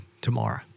tomorrow